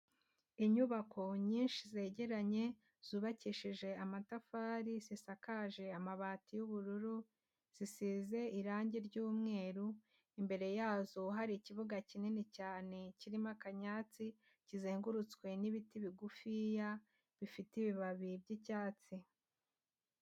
Inyubako nyinshi zegeranye zubakishije amatafari zisakaje amabati y'ubururu zisize irange ry'umweru, imbere yazo hari ikibuga kinini cyane kirimo akanyansi kizengurutswe n'ibiti bigufiya bifite ibibabi by'icyatsi.